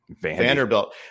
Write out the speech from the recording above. Vanderbilt